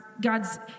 God's